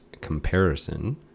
comparison